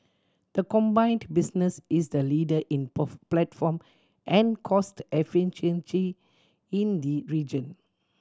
the combined business is the leader in platform and cost in the region